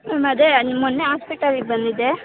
ma'am ಅದೇ ಮೊನ್ನೆ ಆಸ್ಪೆಟಾಲಿಗೆ ಬಂದಿದ್ದೆ